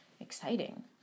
exciting